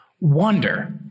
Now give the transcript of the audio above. wonder